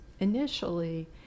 Initially